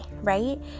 right